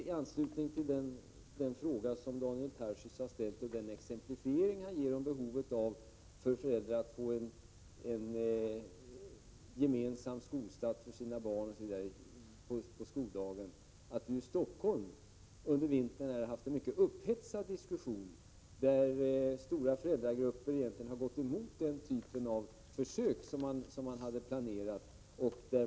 I anslutning till den fråga som Daniel Tarschys har ställt om föräldrarnas behov av en gemensam start på skoldagen för barnen osv., kan jag upplysa om att det under vintern i Stockholm har förekommit en mycket upphetsad diskussion, där stora föräldragrupper har gått emot den typ av försök som hade planerats.